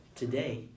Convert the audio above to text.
today